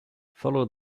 follow